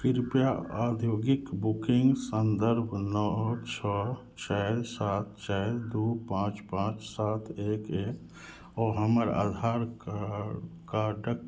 कृपया औद्योगिक बुकिंग सन्दर्भ नऽ छओ चारि सात चारि दू पाँच पाँच सात एक एक ओ हमर आधार का कार्डक